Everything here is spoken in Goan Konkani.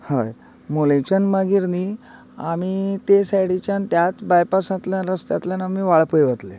हय मोलेंच्यान मागीर न्ही आमी तें सायडीच्यान त्याच बायपासांतल्यान रस्त्यांतल्यान आमी वाळपय वतले